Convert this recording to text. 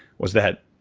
was that